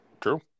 True